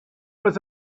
was